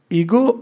ego